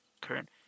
current